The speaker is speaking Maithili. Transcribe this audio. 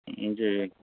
जी